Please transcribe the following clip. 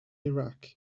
iraq